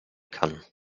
kann